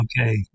Okay